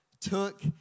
took